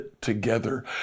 together